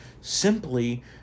simply